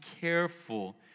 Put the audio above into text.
careful